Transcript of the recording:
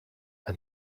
and